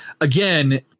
again